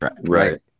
Right